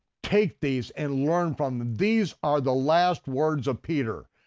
take these and learn from them. these are the last words of peter.